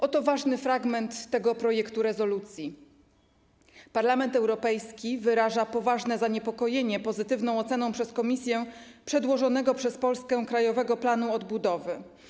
Oto ważny fragment tego projektu rezolucji: Parlament Europejski wyraża wyraźne zaniepokojenie pozytywną oceną przez Komisję przedłożonego przez Polskę Krajowego Planu Odbudowy.